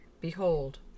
behold